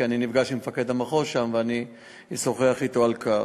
כי אני נפגש עם מפקד המחוז שם ואשוחח אתו על כך.